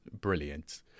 brilliant